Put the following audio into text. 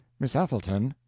miss ethelton!